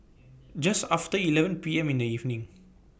Just after eleven P M in The evening